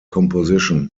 composition